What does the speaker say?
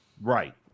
Right